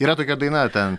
yra tokia daina ten